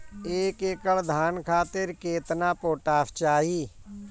एक एकड़ धान खातिर केतना पोटाश चाही?